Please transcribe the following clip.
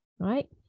right